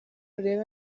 urebe